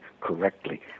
correctly